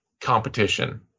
competition